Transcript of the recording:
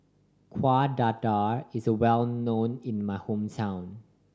Kuih Dadar is well known in my hometown